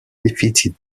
defeated